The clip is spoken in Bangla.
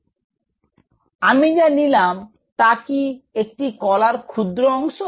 তো আমি যা নিলাম তা কি একটি কলার ক্ষুদ্র অংশ